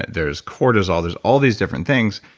there's cortisol. there's all these different things.